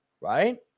right